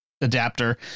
adapter